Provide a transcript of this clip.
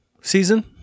season